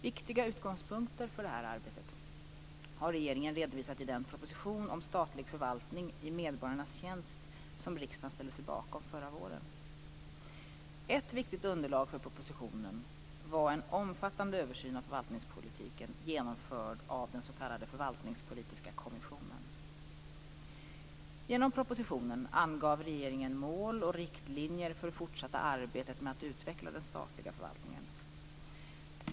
Viktiga utgångspunkter för detta arbete har regeringen redovisat i den proposition om statlig förvaltning i medborgarnas tjänst som riksdagen ställde sig bakom förra våren. Ett viktigt underlag för propositionen var en omfattande översyn av förvaltningspolitiken genomförd av den s.k. förvaltningspolitiska kommissionen. Genom propositionen angav regeringen mål och riktlinjer för det fortsatta arbetet med att utveckla den statliga förvaltningen.